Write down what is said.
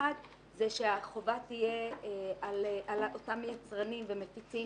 האחד, החובה תהיה על אותם יצרנים ומפיצים